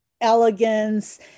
elegance